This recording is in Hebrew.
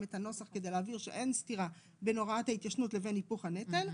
את הנוסח כדי להבהיר שאין סתירה בין הוראת ההתיישנות לבין היפוך הנטל.